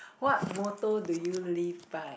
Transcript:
what motor do you leave by